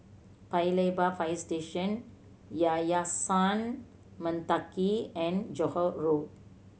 Paya Lebar Fire Station Yayasan Mendaki and Johore Road